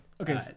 okay